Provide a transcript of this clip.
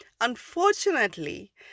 Unfortunately